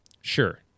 sure